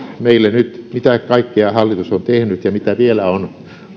meille nyt mitä kaikkea hallitus on tehnyt ja mitä vielä on